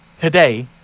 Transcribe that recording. today